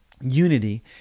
unity